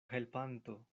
helpanto